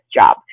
job